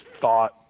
thought